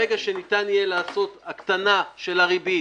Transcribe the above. ברגע שניתן יהיה לעשות הקטנה של הריבית